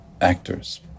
actors